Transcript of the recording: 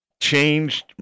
Changed